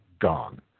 gone